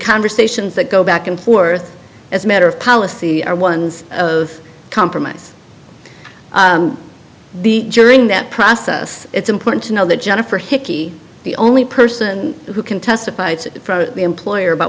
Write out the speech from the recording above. conversations that go back and forth as a matter of policy are ones of compromise the during that process it's important to know that jennifer hickey the only person who can testify for the employer about